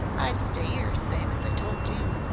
i'd stay ere same as i told you,